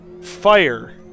fire